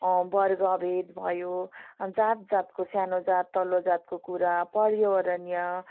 वर्गभेद भयो जात जातको सानो जात तल्लो जातको कुरा पर्यावरणीय